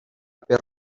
per